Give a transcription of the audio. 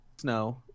Snow